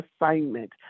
assignment